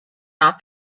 not